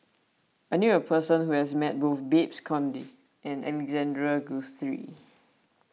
I knew a person who has met both Babes Conde and Alexander Guthrie